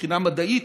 מבחינה מדעית,